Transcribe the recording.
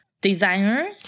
designer